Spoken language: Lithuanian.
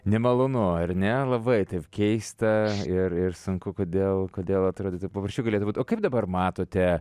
nemalonu ar ne labai taip keista ir ir sunku kodėl kodėl atrodytų paprasčiau galėtų būt o kaip dabar matote